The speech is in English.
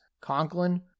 Conklin